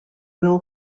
will